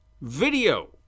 video